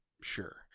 Sure